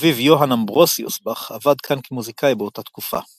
אביו יוהאן אמברוסיוס באך עבד כאן כמוזיקאי באותה תקופה.